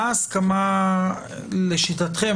מה ההסכמה לשיטתכם?